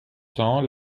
temps